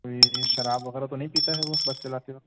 جی جی شراب وغیرہ تو نہیں پیتا ہے وہ بس چلاتے وقت